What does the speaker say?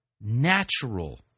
natural